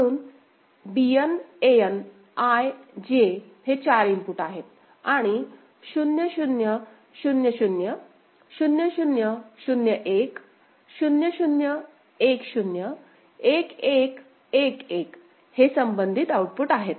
म्हणून Bn An I J हे चार इनपुट आहेत आणि 0 0 0 0 0 0 0 1 0 0 1 0 1 1 1 1 हे संबंधित आउटपुट आहेत